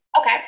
okay